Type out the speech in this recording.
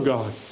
God